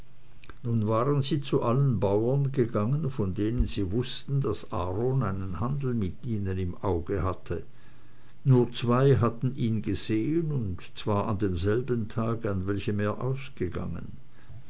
nun waren sie zu allen bauern gegangen von denen sie wußten daß aaron einen handel mit ihnen im auge hatte nur zwei hatten ihn gesehen und zwar an demselben tage an welchem er ausgegangen